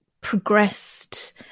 progressed